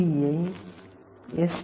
D I S